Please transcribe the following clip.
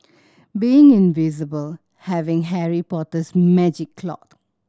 being invisible having Harry Potter's magic cloak